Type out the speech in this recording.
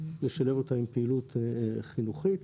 לשלב אותה עם פעילות חינוכית